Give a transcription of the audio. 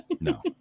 No